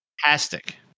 fantastic